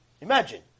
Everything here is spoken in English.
Imagine